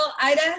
Ida